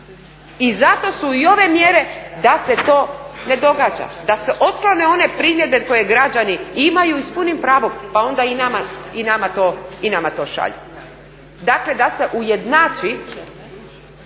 i zato su i ove mjere da se to ne događa, da se otklone one primjedbe koje građani imaju i s punim pravom pa onda i nama to šalju, dakle da se ujednači